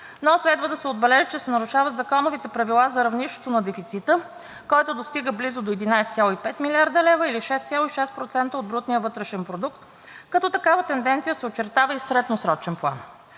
но следва да се отбележи, че се нарушават законовите правила за равнището на дефицита, който достига близо до 11,5 млрд. лв., или 6,6% от брутния вътрешен продукт, като такава тенденция се очертава и в средносрочен план.